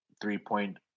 three-point